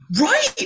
Right